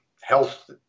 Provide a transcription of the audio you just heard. Health